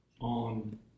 on